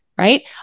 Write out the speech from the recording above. Right